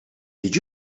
did